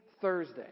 Thursday